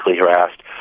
harassed